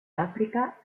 áfrica